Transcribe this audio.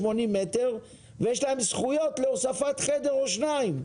80 מטר ויש להם בהמשך זכויות להוספת חדר או שניים.